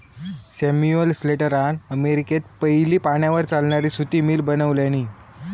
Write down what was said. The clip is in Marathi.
सैमुअल स्लेटरान अमेरिकेत पयली पाण्यार चालणारी सुती मिल बनवल्यानी